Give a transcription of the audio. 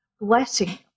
blessing